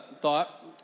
thought